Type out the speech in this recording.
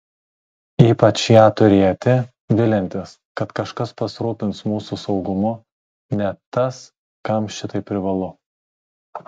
ypač ją turėti viliantis kad kažkas pasirūpins mūsų saugumu net tas kam šitai privalu